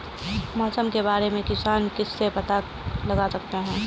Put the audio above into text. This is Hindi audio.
मौसम के बारे में किसान किससे पता लगा सकते हैं?